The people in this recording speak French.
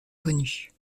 connues